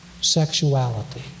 sexuality